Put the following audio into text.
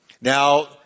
Now